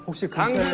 zucchini?